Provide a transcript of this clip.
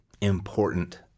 important